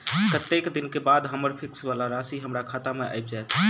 कत्तेक दिनक बाद हम्मर फिक्स वला राशि हमरा खाता मे आबि जैत?